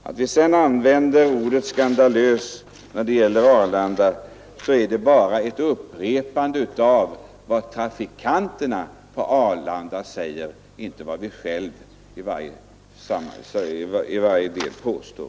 När vi sedan använder ordet skandalös när det gäller Arlanda så är det bara ett upprepande av vad trafikanterna på Arlanda säger, inte vad vi själva i varje del påstår.